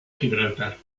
gibraltar